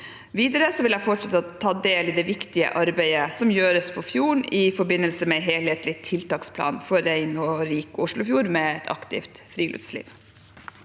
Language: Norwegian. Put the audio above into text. Videre vil jeg fortsette å ta del i det viktige arbeidet som gjøres for fjorden i forbindelse med «Helthetlig tiltaksplan for en ren og rik Oslofjord med et aktivt friluftsliv».